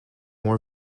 wore